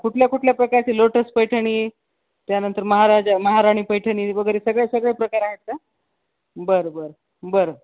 कुठल्या कुठल्या प्रकारची लोटस पैठणी त्यानंतर महाराजा महाराणी पैठणी वगैरे सगळे सगळे प्रकार आहेत का बरं बरं बरं